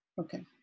Okay